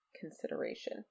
consideration